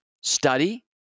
study